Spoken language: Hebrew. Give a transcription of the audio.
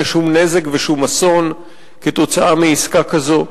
שום נזק ושום אסון כתוצאה מעסקה כזאת.